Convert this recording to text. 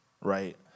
Right